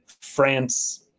France